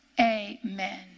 Amen